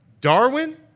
Darwin